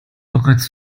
bereits